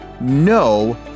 no